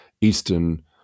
Eastern